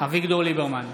אביגדור ליברמן,